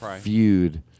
feud